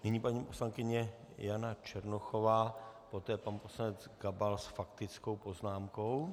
Nyní paní poslankyně Jana Černochová, poté pan poslanec Gabal s faktickou poznámkou.